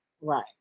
Right